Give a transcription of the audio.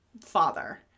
father